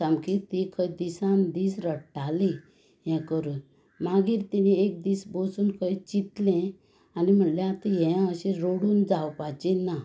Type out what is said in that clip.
सामकी ती खंय दिसान दीस रडटाली हें करून मागीर तिणें एक दीस बसून खंय चिंतलें आनी म्हणलें हें अशें रडून जावपाचें ना